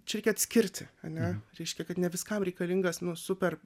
čia reikia atskirti ane reiškia kad ne viskam reikalingas nu super